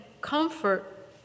comfort